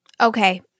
Okay